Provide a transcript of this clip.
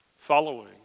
following